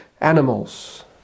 animals